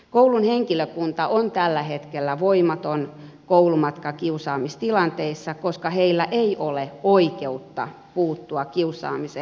koulun henkilökunta on tällä hetkellä voimaton koulumatkakiusaamistilanteissa koska heillä ei ole oikeutta puuttua kiusaamiseen